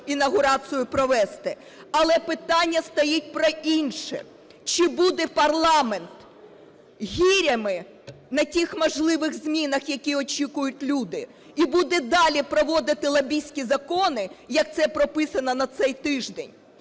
інавгурацію провести. Але питання стоїть про інше: чи буде парламент гирями на тих можливих змінах, які очікують люди, і буде далі проводити лобістські закони, як це прописано на цей тиждень;